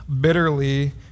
bitterly